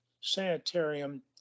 sanitarium